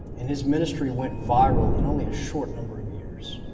and his ministry went viral in only a short number of years.